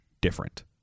different